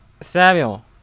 Samuel